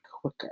quicker